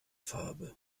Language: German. farbe